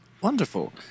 Wonderful